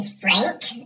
frank